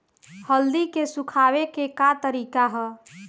हल्दी के सुखावे के का तरीका ह?